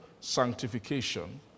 sanctification